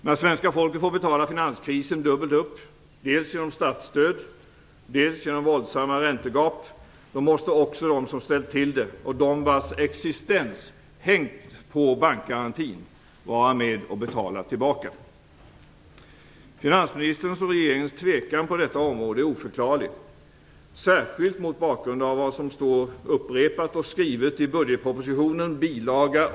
När svenska folket får betala finanskrisen dubbelt upp, dels genom statsstöd, dels genom våldsamma räntegap, måste också de som har ställt till det och de vars existens hängt på bankgarantin vara med och betala tillbaka. Finansministerns och regeringens tvekan på detta område är oförklarlig, särskilt mot bakgrund av vad som upprepas och vad som står skrivet i budgetpropositionen, bil.